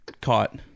caught